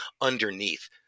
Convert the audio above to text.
underneath